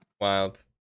Wild